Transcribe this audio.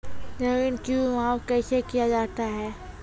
जमीन की माप कैसे किया जाता हैं?